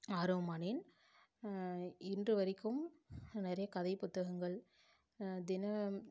ஆர்வமானேன் இன்று வரைக்கும் நிறைய கதை புத்தகங்கள் தின